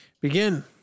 begin